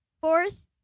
Fourth